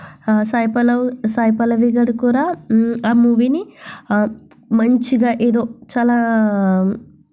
సాయి పల్లవి సాయి పల్లవి గారు కూడా ఆ మూవీని మంచిగా ఏదో చాలా